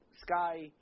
Sky